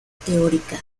teórica